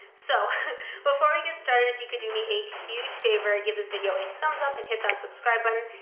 so before we get started, if you could do me a huge favor, give this video a thumbs up and hit that subscribe button.